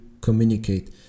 communicate